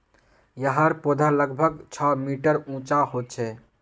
याहर पौधा लगभग छः मीटर उंचा होचे